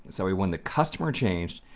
so we when the customer changed,